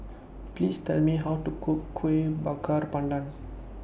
Please Tell Me How to Cook Kuih Bakar Pandan